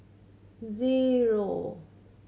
zero